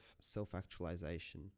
self-actualization